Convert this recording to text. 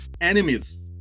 enemies